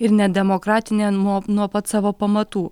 ir nedemokratinė nuo nuo pat savo pamatų